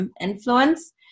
influence